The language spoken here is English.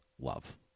love